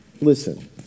Listen